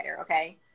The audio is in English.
okay